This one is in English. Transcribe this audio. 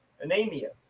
anemia